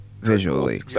visually